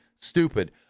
stupid